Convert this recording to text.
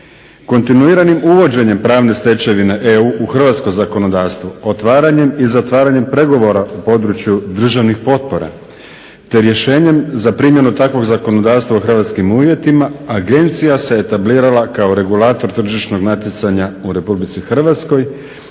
Kontinuiranim uvođenjem pravne stečevine EU u hrvatsko zakonodavstvo, otvaranjem i zatvaranjem pregovora u području državnih potpora te rješenjem za primjenu takvog zakonodavstva u hrvatskim uvjetima Agencija se etablirala kao regulator tržišnog natjecanja u Republici Hrvatskoj